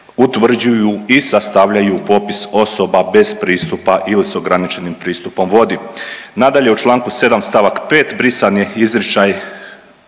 utvrđuju i sastavljaju popis osoba bez pristupa ili s ograničenim pristupom vodi. Nadalje, u čl. 7 st. 5 brisan je izričaj,